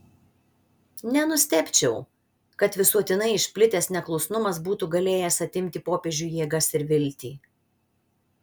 nenustebčiau kad visuotinai išplitęs neklusnumas būtų galėjęs atimti popiežiui jėgas ir viltį